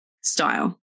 style